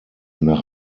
nach